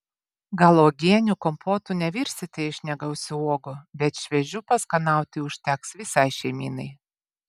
gal uogienių kompotų nevirsite iš negausių uogų bet šviežių paskanauti užteks visai šeimynai